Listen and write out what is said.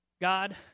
God